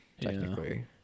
technically